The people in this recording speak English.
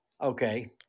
Okay